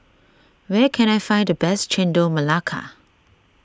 where can I find the best Chendol Melaka